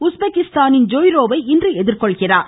உஸ்பெகிஸ்தானின் ஜோயிரோவை இன்று எதிர்கொள்கிறார்